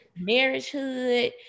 marriagehood